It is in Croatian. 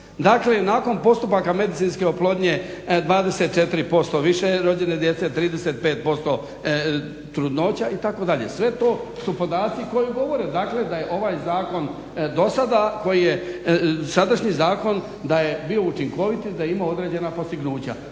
Dakle nakon postupaka medicinske oplodnje 24% više je rođene djece, 35% trudnoća itd. sve su to podaci koji govore da je ovaj zakon do sada koji je sadašnji zakon da je bio učinkovit i da je imao određena postignuća.